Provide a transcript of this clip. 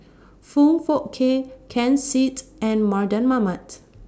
Foong Fook Kay Ken Seet and Mardan Mamat